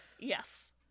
Yes